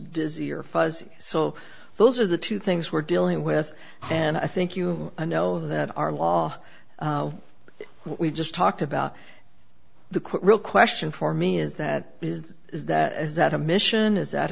dizzy or fuzzy so those are the two things we're dealing with and i think you know that our law we just talked about the quick real question for me is that is is that is that a mission is that